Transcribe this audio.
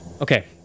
Okay